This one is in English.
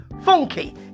Funky